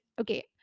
okay